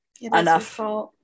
enough